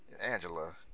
angela